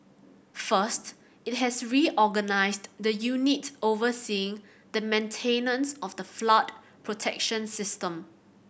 first it has reorganised the unit overseeing the maintenance of the flood protection system